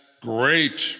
great